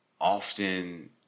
Often